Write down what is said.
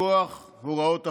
מכוח הוראות החוק.